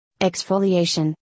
Exfoliation